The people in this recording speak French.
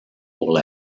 pour